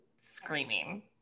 screaming